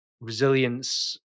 resilience